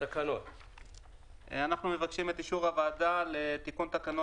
אנחנו מבקשים את אישור הוועדה לתיקון תקנות